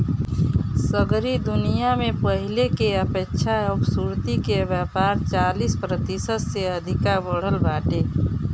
सगरी दुनिया में पहिले के अपेक्षा अब सुर्ती के व्यापार चालीस प्रतिशत से अधिका बढ़ल बाटे